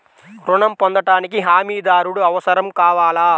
ఋణం పొందటానికి హమీదారుడు అవసరం కావాలా?